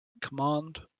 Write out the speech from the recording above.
Command